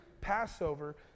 Passover